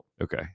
Okay